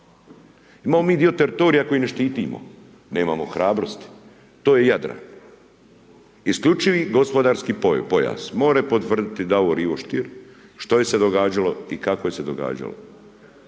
Imamo mi dio teritorija koji ne štitimo, nemamo hrabrosti, to je Jadran, isključiti gospodarski pojas, more potvrditi Davor Ivo Stier, što je se događalo i kako se događalo.